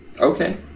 okay